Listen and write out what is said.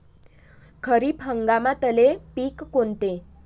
खरीप हंगामातले पिकं कोनते?